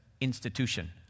institution